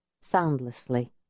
Soundlessly